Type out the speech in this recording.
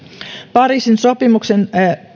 pariisin sopimuksen